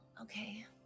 okay